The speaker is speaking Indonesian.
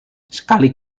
sekali